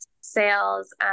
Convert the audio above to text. sales